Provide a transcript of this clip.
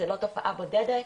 זה לא תופעה בודדת.